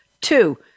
two